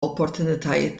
opportunitajiet